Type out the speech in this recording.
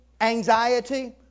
anxiety